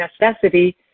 necessity